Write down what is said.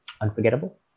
unforgettable